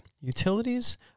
Utilities